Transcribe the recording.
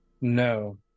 No